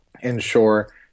ensure